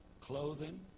Clothing